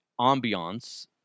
ambiance